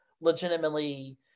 legitimately